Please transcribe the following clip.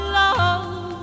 love